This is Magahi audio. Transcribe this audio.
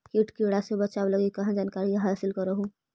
किट किड़ा से बचाब लगी कहा जानकारीया हासिल कर हू?